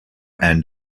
end